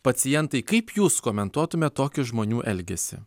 pacientai kaip jūs komentuotumėt tokį žmonių elgesį